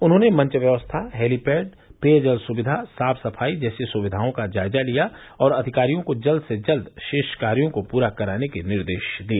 उन्होंने मंच व्यवस्था हेलीपैड पेयजल सुविधा साफ सफाई जैसी सुविघाओं का जायजा लिया और अधिकारियों को जल्द से जल्द शेष कार्यों को पूरा कराने के निर्देश दिए